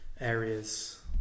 Areas